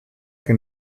que